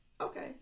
Okay